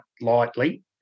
lightly